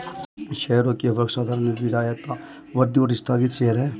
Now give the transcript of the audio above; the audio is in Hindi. शेयरों के वर्ग साधारण, वरीयता, वृद्धि और आस्थगित शेयर हैं